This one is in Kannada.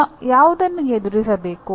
ನಾನು ಯಾವುದನ್ನು ಎದುರಿಸಬೇಕು